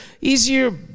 easier